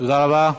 תודה רבה.